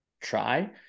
try